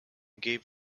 gave